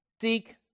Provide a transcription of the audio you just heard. seek